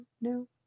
no